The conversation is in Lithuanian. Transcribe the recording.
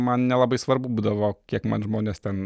man nelabai svarbu būdavo kiek man žmonės ten